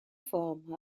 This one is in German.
form